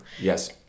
Yes